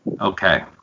Okay